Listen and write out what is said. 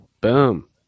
boom